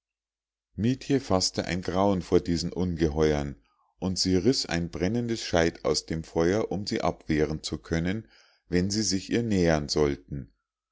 mietje faßte ein grauen vor diesen ungeheuern und sie riß ein brennendes scheit aus dem feuer um sie abwehren zu können wenn sie sich ihr nähern sollten